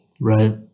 Right